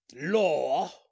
Law